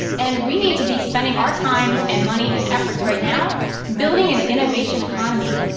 and we need to be spending our time, and money, and efforts right now building an innovation economy.